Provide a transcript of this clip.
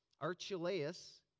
Archelaus